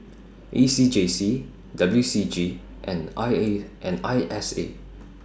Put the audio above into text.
A C J C W C G and I A and I S A